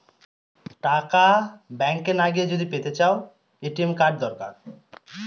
টাকা ব্যাঙ্ক না গিয়ে যদি পেতে চাও, এ.টি.এম কার্ড দরকার